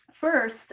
first